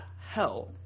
hell